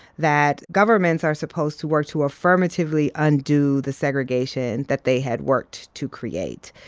that governments are supposed to work to affirmatively undo the segregation that they had worked to create.